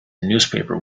newspaper